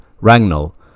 Ragnall